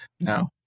No